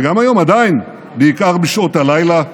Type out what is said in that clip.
וגם היום, עדיין, בעיקר בשעות הלילה,